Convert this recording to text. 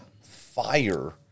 fire